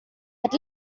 but